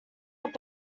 had